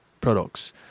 products